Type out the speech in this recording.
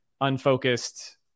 unfocused